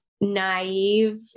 naive